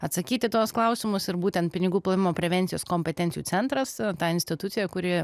atsakyt į tuos klausimus ir būtent pinigų plovimo prevencijos kompetencijų centras ta institucija kuri